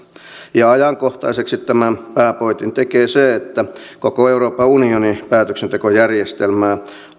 ajankohtaiseksi tämän pääpointin tekee se että koko euroopan unionin päätöksentekojärjestelmää